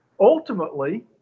Ultimately